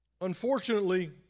Unfortunately